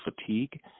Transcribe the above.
fatigue